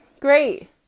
Great